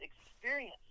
experience